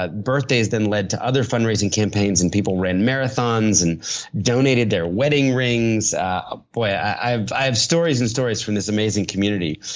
ah birthdays then led to other fundraising campaigns and people ran marathons and donated their wedding rings. ah boy, ah i have stories and stories from this amazing community.